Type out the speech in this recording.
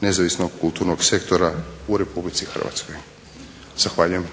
nezavisnog kulturnog sektora u RH. Zahvaljujem.